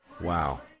Wow